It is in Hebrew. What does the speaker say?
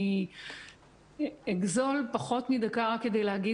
אני אגזול פחות מדקה רק כדי להגיד.